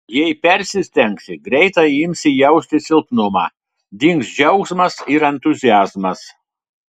jei persistengsi greitai imsi jausti silpnumą dings džiaugsmas ir entuziazmas